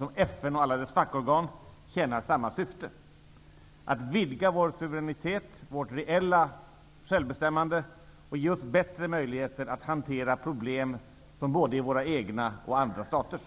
och FN och alla dess fackorgan tjänar samma syfte: att vidga vår suveränitet och vårt reella självbestämmande och att ge oss bättre möjligheter att hantera problem som både är våra egna och andra staters.